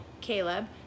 Caleb